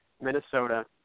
Minnesota